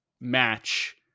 match